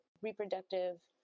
reproductive